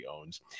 owns